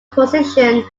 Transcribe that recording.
position